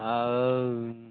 ଆଉ